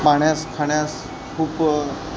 पाहण्यास खाण्यास खूप